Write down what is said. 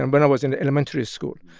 and when i was in elementary school.